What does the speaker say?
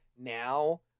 now